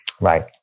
Right